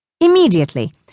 Immediately